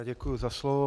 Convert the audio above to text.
Děkuji za slovo.